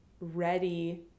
ready